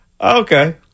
okay